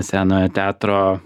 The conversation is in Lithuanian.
senojo teatro